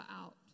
out